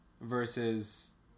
versus